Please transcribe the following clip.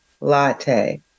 latte